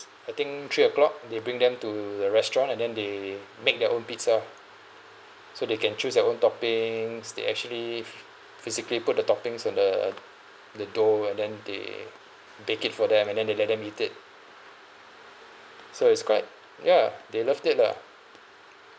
I think three o'clock they bring them to the restaurant and then they make their own pizza so they can choose their own toppings they actually phy~ physically put the toppings on the the dough and then they bake it for them and then they let them eat it so it's quite ya they loved it lah